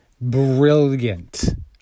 brilliant